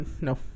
no